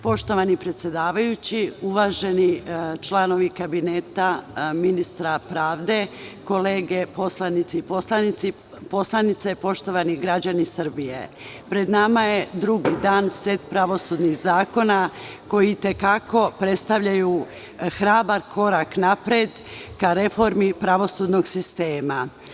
Poštovani predsedavajući, uvaženi članovi kabineta ministra pravde, kolege poslanici, pred nama je drugi dan i set pravosudnih zakona koji i te kako predstavljaju hrabar korak napred ka reformi pravosudnog sistema.